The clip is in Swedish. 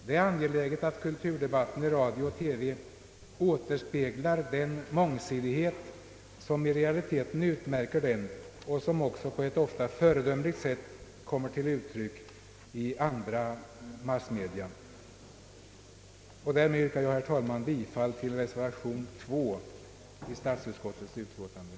Det är angeläget att kulturdebatten i radio och TV återspeglar den mångsidighet som i realiteten utmärker den och som också på ett ofta föredömligt sätt kommer till uttryck i Övriga massmedia. Därmed ber jag, herr talman, att få yrka bifall till reservation 2 vid statsutskottets utlåtande.